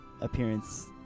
appearance